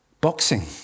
boxing